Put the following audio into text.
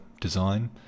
design